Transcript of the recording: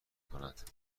کند